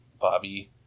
Bobby